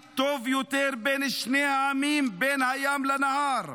טוב יותר בין שני העמים בין הים לנהר: